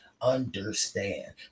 understand